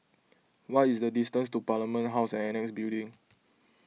what is the distance to Parliament House Annexe Building